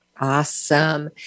Awesome